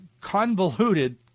convoluted